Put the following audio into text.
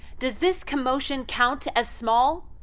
does this commotion count as small?